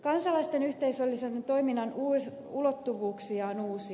kansalaisten yhteisöllisen toiminnan ulottuvuuksia on uusia